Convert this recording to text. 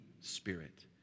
Spirit